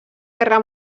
guerra